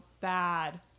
bad